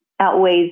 Outweighs